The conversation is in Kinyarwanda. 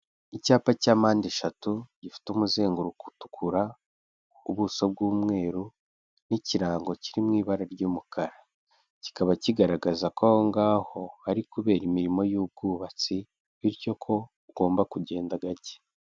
Icyapa cya mpande eshatu gifite umuzenguruko utukura, ubuso bw'umweru n'ikirango kiri mu ibara ry'umukara. Kikaba kigaragaza ko aho ngaho hari kubera imirimo y'ubwubatsi, bityo ko ugomba kugenda gake.